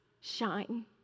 shine